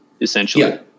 essentially